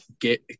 get